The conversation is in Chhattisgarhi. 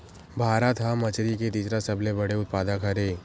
भारत हा मछरी के तीसरा सबले बड़े उत्पादक हरे